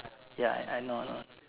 ya I I know know